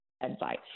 advice